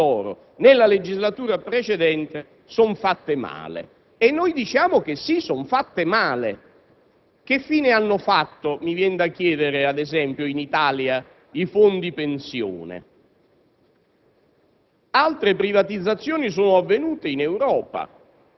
a spiegarci persino che le privatizzazioni, che hanno fatto loro nella legislatura precedente, sono fatte male. E noi diciamo che sì, sono fatte male. Che fine hanno fatto, mi viene da chiedere, ad esempio, in Italia i fondi pensione?